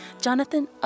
Jonathan